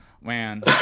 Man